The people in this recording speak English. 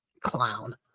clown